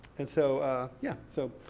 and so yeah, so.